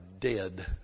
dead